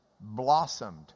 blossomed